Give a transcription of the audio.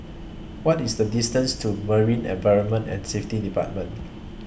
What IS The distance to Marine Environment and Safety department